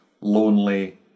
lonely